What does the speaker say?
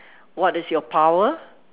what is your power